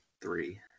three